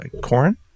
corn